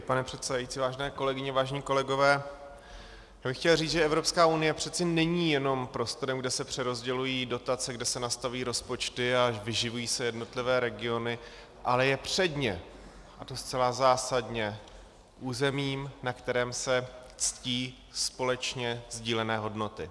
Pane předsedající, vážené kolegyně, vážení kolegové, chtěl bych říct, že Evropská unie přece není jenom prostorem, kde se přerozdělují dotace, kde se nastavují rozpočty a vyživují se jednotlivé regiony, ale je předně, a to zcela zásadně, územím, na kterém se ctí společně sdílené hodnoty.